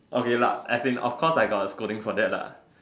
okay lah as in of course I got a scolding for that lah